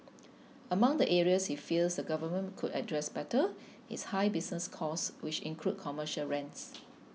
among the areas he feels the government could address better is high business costs which include commercial rents